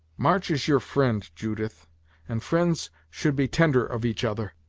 march is your fri'nd, judith and fri'nds should be tender of each other,